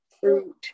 fruit